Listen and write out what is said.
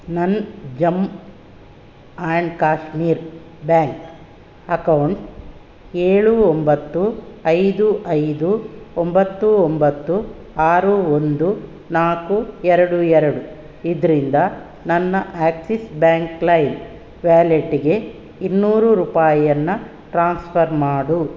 ನನ್ನ Jammu and Kashmir bank account ಏಳು ಒಂಬತ್ತು ಐದು ಐದು ಒಂಬತ್ತು ಒಂಬತ್ತು ಆರು ಒಂದು ನಾಲ್ಕು ಎರಡು ಎರಡು ಇದರಿಂದ ನನ್ನ ಆಕ್ಸಿಸ್ ಬ್ಯಾಂಕ್ ಲೈಕ್ ವ್ಯಾಲಿಟಿಗೆ ಇನ್ನೂರು ರೂಪಾಯನ್ನು ಟ್ರಾನ್ಸ್ಫರ್ ಮಾಡು